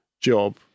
job